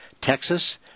Texas